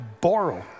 borrow